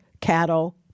cattle